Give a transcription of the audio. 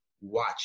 watch